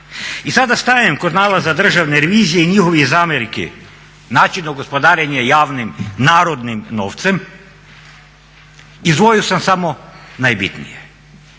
I sada stajem kod nalaza Državne revizije i njihovih zamjerki načinu gospodarenja javnim narodnim novcem, izdvojio sam samo najbitnije.